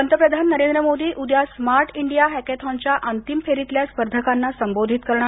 पंतप्रधान नरेंद्र मोदी उद्या smart India हॅकेथॉनच्या अंतिम फेरीतल्या स्पर्धकांना संबोधित करणार